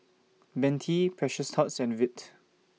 Bentley Precious Thots and Veet